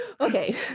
Okay